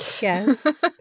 Yes